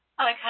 okay